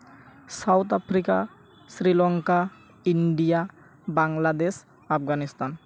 South Africa Sri Lanka India Bangladesh Afghanistan